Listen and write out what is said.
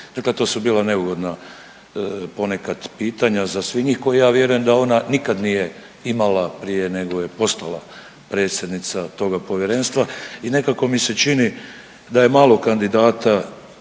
Dakle, to su bila neugodna ponekad pitanja za svih njih koje ja vjerujem da ona nikad nije imala prije nego je postala predsjednica toga povjerenstva . I nekako mi se čini da je malo kandidata